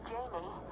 Jamie